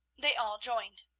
they all joined.